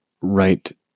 right